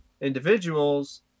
individuals